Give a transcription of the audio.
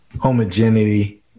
homogeneity